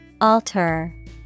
Alter